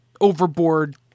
overboard